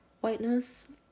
Whiteness